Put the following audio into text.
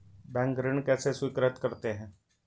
Bank ऋण कैसे स्वीकृत करते हैं?